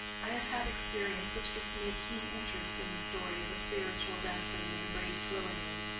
i have had experience which gives me a keen interest in the story of a spiritual destiny embraced willingly,